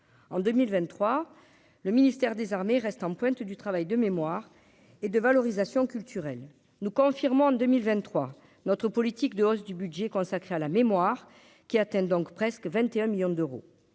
en 2023, le ministère des Armées reste en pointe du travail de mémoire et de valorisation culturelle nous confirmons en 2023 notre politique de hausse du budget consacré à la mémoire qui atteignent donc presque 21 millions d'euros,